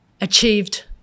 achieved